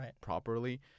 properly